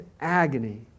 agony